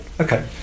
okay